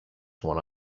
one